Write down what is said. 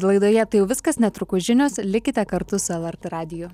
laidoje tai jau viskas netrukus žinios likite kartu su lrt radiju